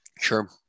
Sure